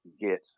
get